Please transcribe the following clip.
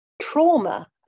trauma